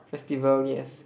festival yes